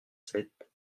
sept